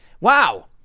Wow